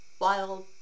wild